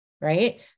Right